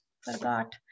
forgot